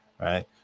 right